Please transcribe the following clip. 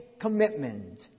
commitment